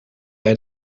bij